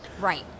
Right